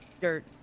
Dirt